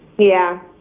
yeah.